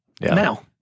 now